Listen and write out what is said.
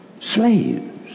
Slaves